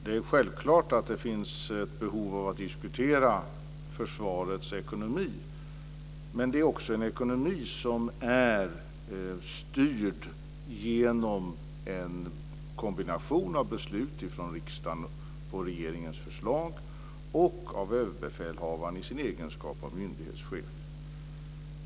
Fru talman! Det är självklart att det finns ett behov av att diskutera försvarets ekonomi. Men det är också en ekonomi som är styrd genom en kombination av dels beslut från riksdagen på regeringens förslag, dels överbefälhavaren i sin egenskap av myndighetschef.